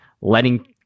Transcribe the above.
letting